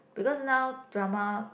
because now drama